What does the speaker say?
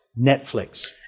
Netflix